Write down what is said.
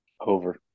Over